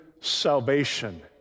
salvation